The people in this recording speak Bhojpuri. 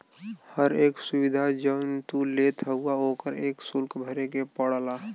हर एक सुविधा जौन तू लेत हउवा ओकर एक सुल्क भरे के पड़ला